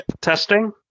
testing